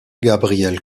gabrielle